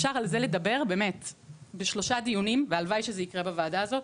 אפשר על זה לדבר בשלושה דיונים והלוואי שזה יקרה בוועדה הזאת,